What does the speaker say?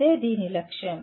అదే దీని లక్ష్యం